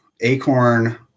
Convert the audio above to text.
acorn